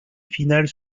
finales